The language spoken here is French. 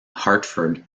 hartford